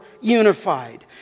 unified